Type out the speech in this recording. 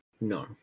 No